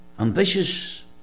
Ambitious